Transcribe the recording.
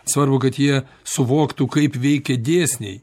svarbu kad jie suvoktų kaip veikia dėsniai